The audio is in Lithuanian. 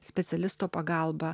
specialisto pagalba